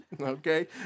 Okay